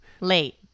Late